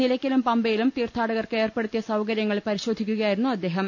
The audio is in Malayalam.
നിലയ്ക്കലും പമ്പയിലും തീർത്ഥാടകർക്ക് ഏർപ്പെടു ത്തിയ സൌകര്യങ്ങൾ പരിശോധിക്കുകയായിരുന്നു അദ്ദേഹം